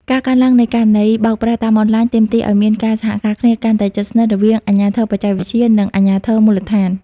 ការកើនឡើងនៃករណីបោកប្រាស់តាមអនឡាញ ទាមទារឱ្យមានការសហការគ្នាកាន់តែជិតស្និទ្ធរវាង "អាជ្ញាធរបច្ចេកវិទ្យា" និង "អាជ្ញាធរមូលដ្ឋាន"។